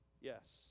Yes